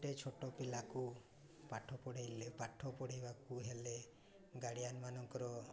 ଗୋଟେ ଛୋଟ ପିଲାକୁ ପାଠ ପଢ଼ାଇଲେ ପାଠ ପଢ଼ାଇବାକୁ ହେଲେ ଗାର୍ଡ଼ିଆନ୍ ମାନଙ୍କର